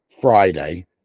Friday